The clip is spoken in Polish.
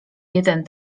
jeden